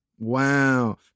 Wow